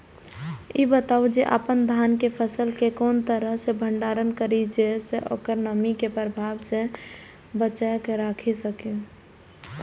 ई बताऊ जे अपन धान के फसल केय कोन तरह सं भंडारण करि जेय सं ओकरा नमी के प्रभाव सं बचा कय राखि सकी?